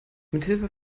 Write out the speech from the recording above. mithilfe